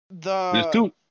The-